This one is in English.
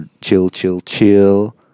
chill-chill-chill